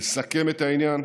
לסכם את העניין: